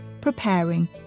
preparing